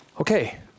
Okay